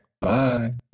Bye